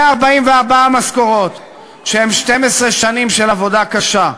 144 משכורות, שהן 12 שנים של עבודה קשה.